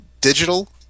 digital